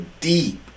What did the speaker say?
deep